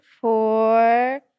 four